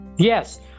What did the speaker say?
Yes